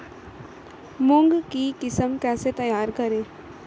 मूंग की किस्म कैसे तैयार करें?